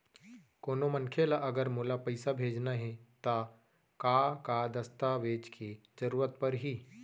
कोनो मनखे ला अगर मोला पइसा भेजना हे ता का का दस्तावेज के जरूरत परही??